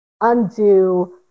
undo